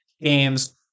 games